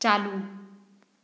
चालू